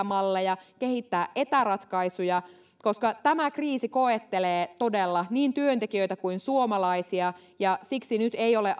malleja kehittää etäratkaisuja koska tämä kriisi koettelee todella niin työntekijöitä kuin muita suomalaisia siksi nyt ei ole